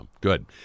good